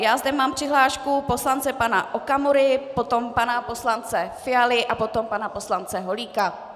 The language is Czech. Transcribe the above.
Mám zde přihlášku pana poslance Okamury, potom pana poslance Fialy a potom pana poslance Holíka.